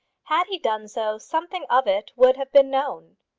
had he done so, something of it would have been known.